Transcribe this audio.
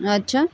আচ্ছা